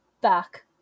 back